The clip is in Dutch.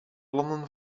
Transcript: landen